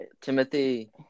Timothy